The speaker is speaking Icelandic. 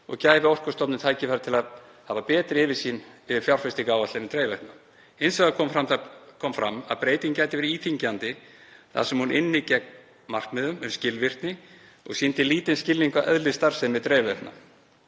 og gæfi Orkustofnun tækifæri til að hafa betri yfirsýn yfir fjárfestingaráætlanir dreifiveitna. Hins vegar kom fram að breytingin gæti verið íþyngjandi þar sem hún ynni gegn markmiðum um skilvirkni og sýndi lítinn skilning á eðli starfsemi dreifiveitna.